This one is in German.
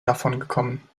davongekommen